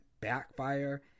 backfire